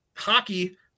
hockey